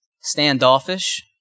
standoffish